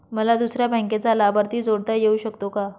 मला दुसऱ्या बँकेचा लाभार्थी जोडता येऊ शकतो का?